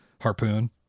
harpoon